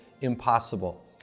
impossible